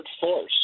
Force